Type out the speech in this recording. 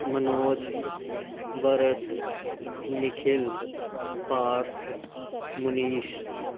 Manoj Bharat Nikhil Parth Munish